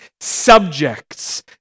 subjects